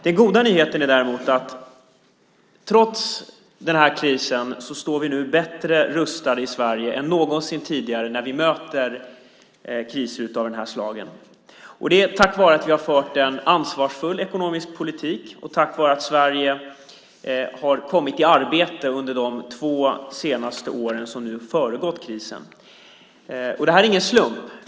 Den goda nyheten är att trots den här krisen står vi nu bättre rustade i Sverige än någonsin tidigare när vi möter kriser av det här slaget. Det är tack vare att vi har fört en ansvarsfull ekonomisk politik och tack vare att Sverige har kommit i arbete under de två senaste åren som föregick krisen. Och det är ingen slump.